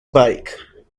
bike